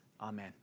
Amen